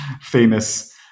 famous